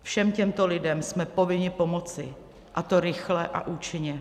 Všem těmto lidem jsme povinni pomoci, a to rychle a účinně.